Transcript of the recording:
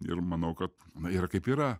ir manau kad yra kaip yra